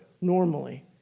normally